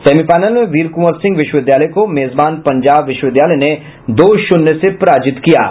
semifinal में वीर कुंवर सिंह विश्वविद्यालय को मेजबान पंजाब विश्वविद्यालय ने दो शून्य से पराजित किया था